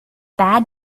bad